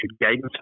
guidance